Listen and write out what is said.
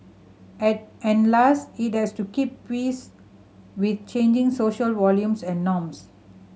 and last it has to keep pace with changing social values and norms